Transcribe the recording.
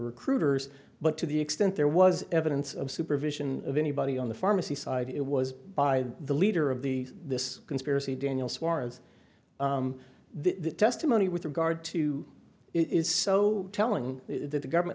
recruiters but to the extent there was evidence of supervision of anybody on the pharmacy side it was by the leader of the this conspiracy daniel suarez the testimony with regard to it is so telling that the government